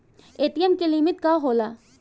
ATM की limit का होला?